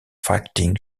fighting